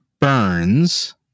burns